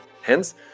Hence